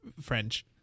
French